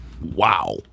wow